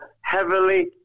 heavily